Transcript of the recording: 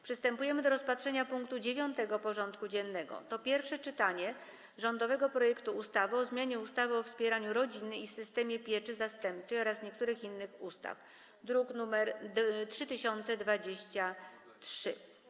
Przystępujemy do rozpatrzenia punktu 9. porządku dziennego: Pierwsze czytanie rządowego projektu ustawy o zmianie ustawy o wspieraniu rodziny i systemie pieczy zastępczej oraz niektórych innych ustaw (druk nr 3023)